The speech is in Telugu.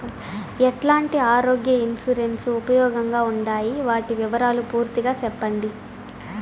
ఎట్లాంటి ఆరోగ్య ఇన్సూరెన్సు ఉపయోగం గా ఉండాయి వాటి వివరాలు పూర్తిగా సెప్పండి?